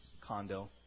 condo